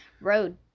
road